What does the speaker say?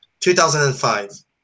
2005